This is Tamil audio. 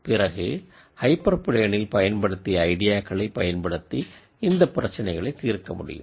பிறகு ஹைப்பர் பிளேனில் பயன்படுத்திய ஐடியாக்களை பயன்படுத்தி இந்த பிரச்சனைகளை தீர்க்கமுடியும்